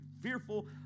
fearful